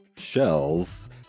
shells